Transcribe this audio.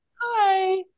Hi